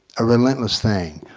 a relentless thing.